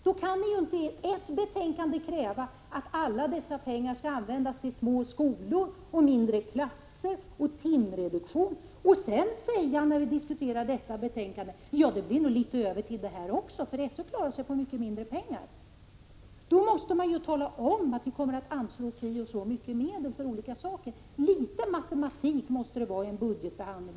Då kan ni inte i en reservation till detta betänkande kräva att alla dessa pengar skall användas till små skolor, mindre klasser och timreduktion och säga att det dessutom blir litet över till lärarfortbildningen, eftersom SÖ klarar det med mycket mindre pengar. I så fall måste ni tala om att ni vill anslå si eller så mycket pengar till de olika sakerna. Litet matematik måste det vara i en budgetbehandling.